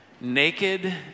Naked